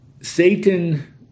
Satan